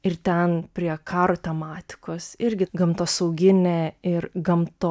ir ten prie karo tematikos irgi gamtosauginė ir gamtos